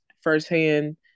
firsthand